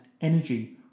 energy